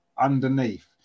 underneath